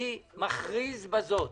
אני מכריז בזאת,